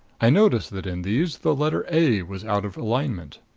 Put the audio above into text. i noticed that in these the letter a was out of alignment.